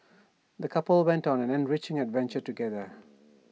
the couple went on an enriching adventure together